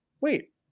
wait